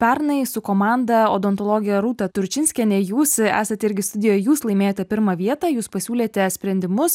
pernai su komanda odontologė rūta turčinskienė jūs esate irgi studijoje jūs laimėjote pirmą vietą jūs pasiūlėte sprendimus